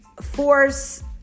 force